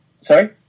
sorry